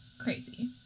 crazy